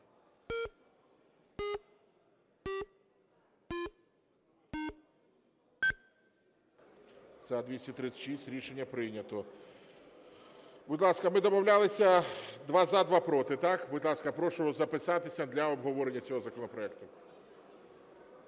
За-236 Рішення прийнято. Будь ласка, ми домовлялися: два – за, два – проти, так? Будь ласка, прошу записатися для обговорення цього законопроекту.